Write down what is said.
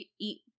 eat